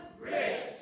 rich